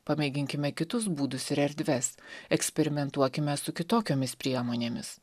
pamėginkime kitus būdus ir erdves eksperimentuokime su kitokiomis priemonėmis